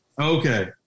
Okay